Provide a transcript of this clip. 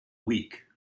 weak